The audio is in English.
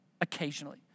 occasionally